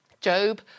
Job